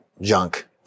junk